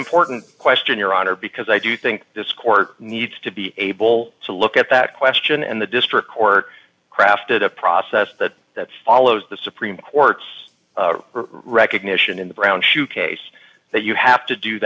important question your honor because i do think this court needs to be able to look at that question and the district court crafted a process that that follows the supreme court's recognition in the brown shoe case that you have to do